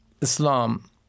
Islam